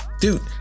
Dude